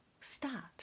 start